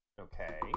okay